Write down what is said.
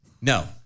no